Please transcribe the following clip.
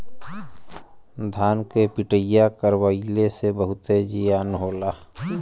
धान के पिटईया करवइले से बहुते जियान होला